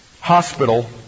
hospital